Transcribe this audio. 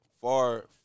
far